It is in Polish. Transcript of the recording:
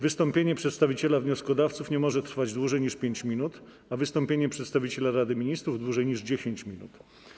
Wystąpienie przedstawiciela wnioskodawców nie może trwać dłużej niż 5 minut, a wystąpienie przedstawiciela Rady Ministrów - dłużej niż 10 minut.